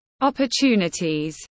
Opportunities